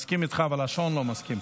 מסכים איתך, אבל השעון לא מסכים.